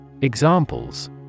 Examples